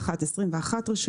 באחד 21 רשויות.